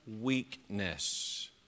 weakness